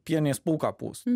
pienės pūką pūst